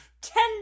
Ten